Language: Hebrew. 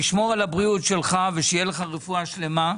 תשמור על הבריאות שלך ושיהיה לך רפואה שלמה.